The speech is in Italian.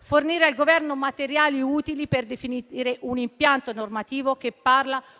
fornire al Governo materiali utili per definire un impianto normativo che parli